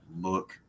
look